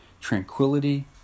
tranquility